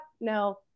No